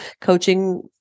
coaching